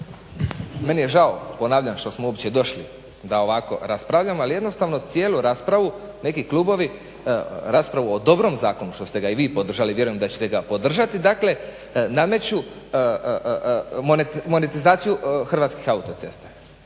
Meni je žao kolega što smo uopće došli da ovako raspravljamo, ali jednostavno cijelu raspravu neki klubovi raspravu o dobrom zakonu, što ste ga i vi podržali, vjerujem da ćete ga podržati dakle nameću monetizaciju Hrvatskih autocesta.